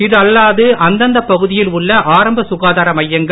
இது அல்லாது அந்தந்த பகுதியில் உள்ள ஆரம்ப சுகாதார மையங்கள்